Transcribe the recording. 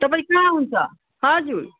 तपाईँ कहाँ हुनु हुन्छ हजुर